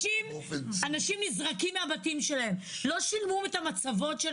אנשים נזרקים מהבתים שלהם, לא שילמו עבור המצבות,